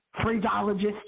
phraseologist